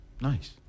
Nice